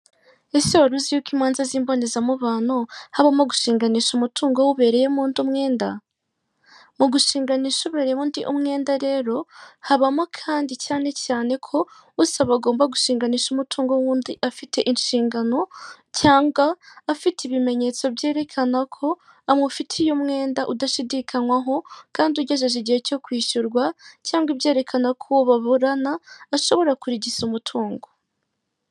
Ese wari uzi yuko imanza z'imbonezamubano habamo gushinganisha umutungo w'ubereyemo undi umwenda? Mu gushingana ubereye undi umwenda rero, habamo kandi cyane cyane ko usaba agomba gushinganisha umutungo w'undi afite inshingano, cyangwa afite ibimenyetso byerekana ko amufitiye umwenda udashidikanywaho, kandi ugejeje igihe cyo kwishyurwa cyangwa ibyerekana ko uwo baburana ashobora kurigisa umutungo.